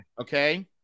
Okay